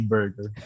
Burger